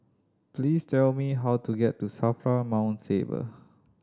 please tell me how to get to SAFRA Mount Faber